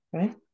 Okay